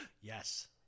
Yes